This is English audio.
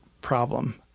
problem